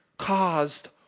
caused